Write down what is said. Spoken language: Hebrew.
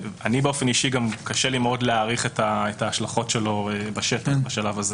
לי באופן אישי קשה מאוד להעריך את ההשלכות שלו בשטח בשלב הזה.